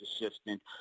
assistant